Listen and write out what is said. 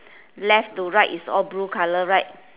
left to right is all blue colour right